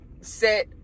set